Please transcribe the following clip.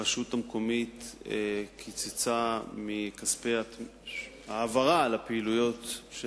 הרשות המקומית קיצצה בכספי העברה לפעילויות של